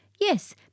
Yes